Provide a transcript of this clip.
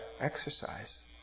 exercise